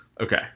okay